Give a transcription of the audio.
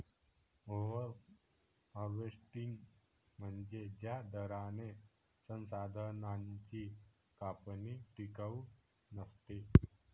over harvesting म्हणजे ज्या दराने संसाधनांची कापणी टिकाऊ नसते